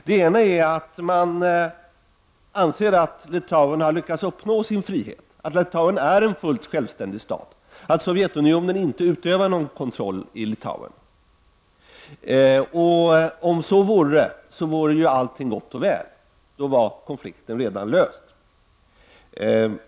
Den ena är att man anser att Litauen har lyckats uppnå sin frihet, att Litauen är en fullt självständig stat, att Sovjetunionen inte utövar någon kontroll i Litauen. Om så vore, vore ju allt gott och väl. Då vore konflikten redan löst.